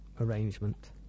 arrangement